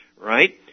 right